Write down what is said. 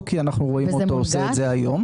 כי אנחנו רואים שהציבור עושה את זה גם היום.